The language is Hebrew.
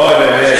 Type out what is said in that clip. אוי, באמת.